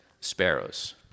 sparrows